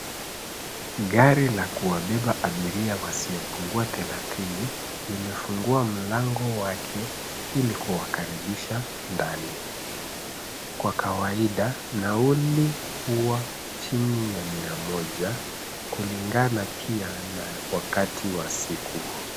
Gari la kuwabeba abiria wasiopungua thelathini, limefungua mlango wake ili kuwakaribisha ndani. Kwa kawaida, nauli huwa chini ya mia moja, kulingana pia na wakati wa siku.